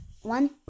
one